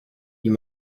you